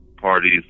parties